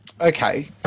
Okay